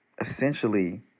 essentially